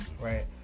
Right